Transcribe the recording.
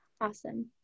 Awesome